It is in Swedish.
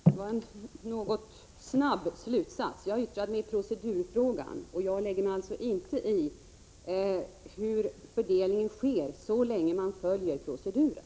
Herr talman! Det var en något för snar slutsats. Jag yttrade mig i procedurfrågan. Jag lägger mig således inte i hur fördelningen av medel sker, så länge man följer proceduren.